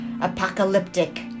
apocalyptic